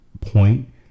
point